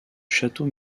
château